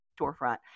storefront